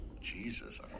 Jesus